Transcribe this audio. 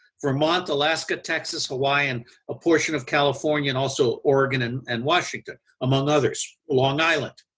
vermont, alaska, texas, hawaii and a portion of california and also oregon and and washington among others, long island,